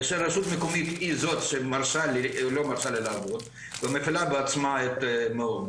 כאשר רשות מקומית היא זאת שלא מרשה לי לעבוד ומפעילה בעצמה את המעונות,